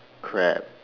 crab